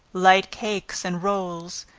light cakes and rolls.